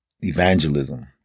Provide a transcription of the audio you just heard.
evangelism